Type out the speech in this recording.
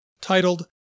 titled